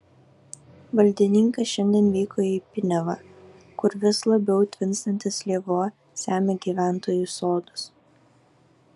valdininkas šiandien vyko į piniavą kur vis labiau tvinstantis lėvuo semia gyventojų sodus